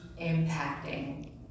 impacting